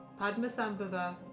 Padmasambhava